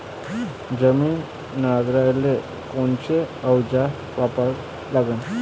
जमीन नांगराले कोनचं अवजार वापरा लागन?